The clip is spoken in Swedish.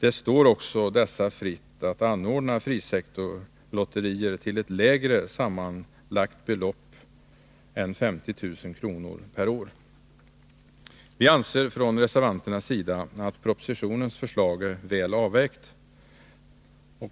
Det står dessa fritt att anordna frisektorslotterier till ett lägre sammanlagt belopp än 50 000 kr. per år. Vi reservanter anser att propositionens förslag är väl avvägt.